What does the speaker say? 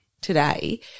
today